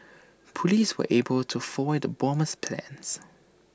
Police were able to foil the bomber's plans